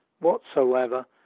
whatsoever